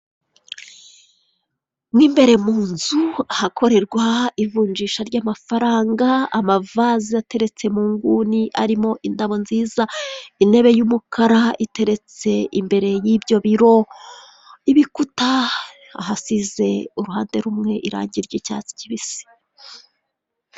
Mw'imbere mu nzu ahakorerwa ivunjisha ry'amafaranga. Amavaze ateretse mu nguni arimo indabo nziza, Intebe y'umukara iteretse imbere y'ibyo biro, ibikuta ahasize uruhande rumwe iranjye ry'icyatsi kibisi.